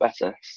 better